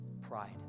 Pride